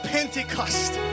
Pentecost